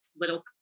little